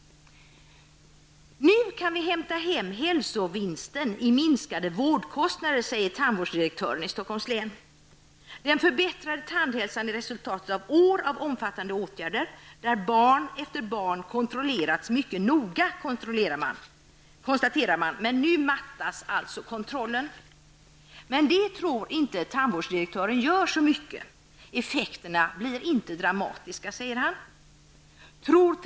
''Nu kan vi hämta hem den hälsovinsten i minskade vårdkostnader'', säger tandvårdsdirektören i Stockholms län. ''Den förbättrade tandhälsan är resultatet av år av omfattande åtgärder, där barn efter barn kontrollerats noga. Nu mattas allså den kontrollen'', konstaterar man. Men det tror inte tandvårdsdirektören gör så mycket. Effekterna blir inte dramatiska, säger han.